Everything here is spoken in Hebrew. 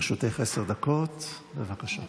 לרשותך עשר דקות, בבקשה.